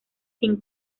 sin